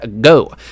go